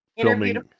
filming